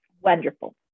Wonderful